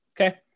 okay